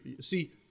See